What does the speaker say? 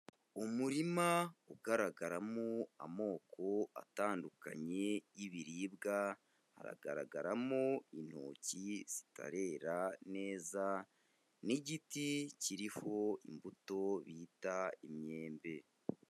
Umurima ugaragaramo amoko atandukanye y'ibiribwa, hagaragaramo intoki zitarera neza n'igiti kiriho imbuto bita imyembe.